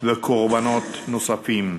וקורבנות נוספים.